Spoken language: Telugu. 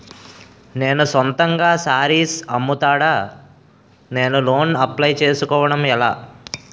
నేను సొంతంగా శారీస్ అమ్ముతాడ, నేను లోన్ అప్లయ్ చేసుకోవడం ఎలా?